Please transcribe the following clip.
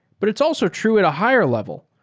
but it's also true at a higher level.